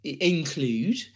include